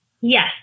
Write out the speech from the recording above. Yes